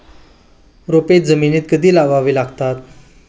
रोपे जमिनीत कधी लावावी लागतात?